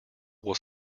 was